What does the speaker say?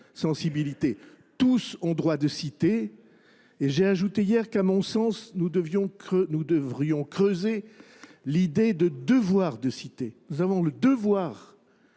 tous ont droit de citer. Et j'ai ajouté hier qu'à mon sens, nous devrions creuser l'idée de devoir de citer. Nous avons le devoir